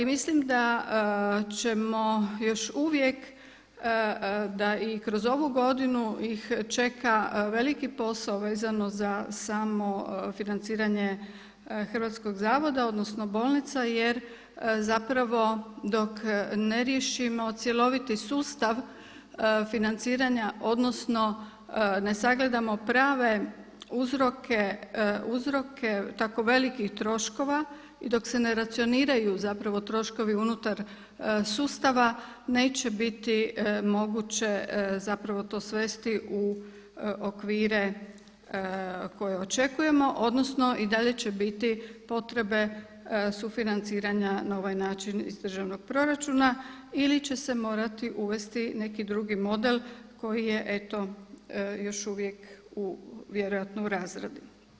Mislim da ćemo još uvijek da i kroz ovu godinu ih čeka veliki posao vezano za samo financiranje Hrvatskog zavoda odnosno bolnica jer dok ne riješimo cjeloviti sustav financiranja odnosno ne sagledamo prave uzroke tako velikih troškova i dok se ne racioniraju troškovi unutar sustava, neće biti moguće to svesti u okvire koje očekujemo odnosno i dalje će biti potrebe sufinanciranja na ovaj način iz državnog proračuna ili će se morati uvesti neki drugi model koji je još uvijek vjerojatno u razradi.